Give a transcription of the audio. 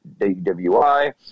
DWI